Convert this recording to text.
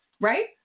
right